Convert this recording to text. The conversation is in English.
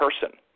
person